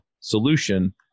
solution